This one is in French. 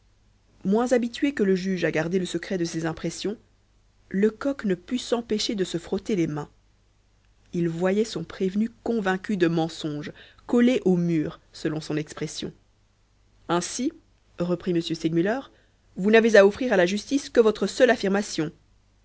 moins habitué que le juge à garder le secret de ses impressions lecoq ne put s'empêcher de se frotter les mains il voyait son prévenu convaincu de mensonge collé au mur selon son expression ainsi reprit m segmuller vous n'avez à offrir à la justice que votre seule affirmation